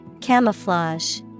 Camouflage